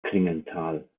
klingenthal